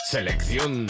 Selección